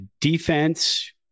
Defense